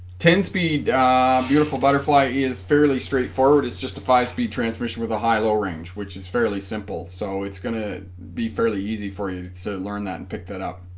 ten speed beautiful butterfly is fairly straightforward it's just a five-speed transmission with a high low range which is fairly simple so it's gonna be fairly easy for you so learn that pick that up